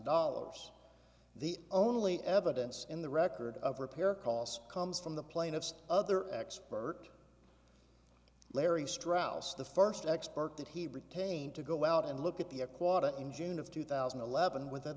dollars the only evidence in the record of repair costs comes from the plaintiff's other expert larry strauss the first expert that he retained to go out and look at the a quote in june of two thousand and eleven within